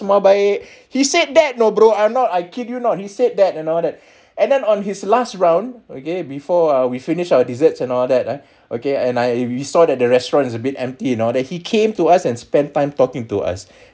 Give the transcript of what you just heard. semua baik he said that no bro I'm not I kid you not he said that an all that and then on his last round okay before err we finish our desserts and all that ah okay and I we saw that the restaurant is a bit empty and all that he came to us and spend time talking to us